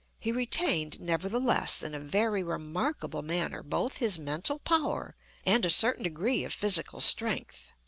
he retained, nevertheless, in a very remarkable manner, both his mental power and a certain degree of physical strength.